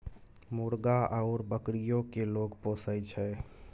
मुर्गा आउर बकरीयो केँ लोग पोसय छै